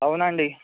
అవునా అండి